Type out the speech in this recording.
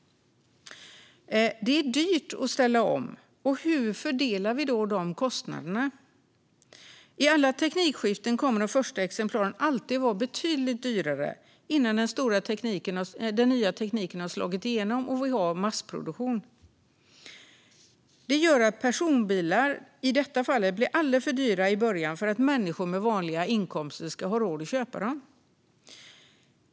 Det är dyrt att ställa om. Hur fördelar vi de kostnaderna? I alla teknikskiften kommer de första exemplaren alltid att vara betydligt dyrare innan den nya tekniken har slagit igenom och vi har massproduktion. Det gör att personbilar, i det här fallet, blir alldeles för dyra i början för att människor med vanliga inkomster ska ha råd att köpa dem.